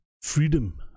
freedom